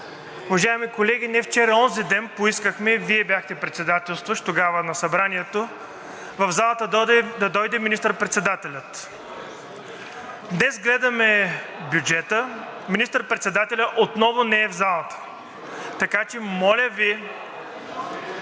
Уважаеми колеги, не вчера, а онзиден поискахме, и Вие бяхте председателстващ тогава на Събранието, в залата да дойде министър-председателят. Днес гледаме бюджета и министър-председателят отново не е в залата. Така че моля Ви